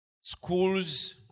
schools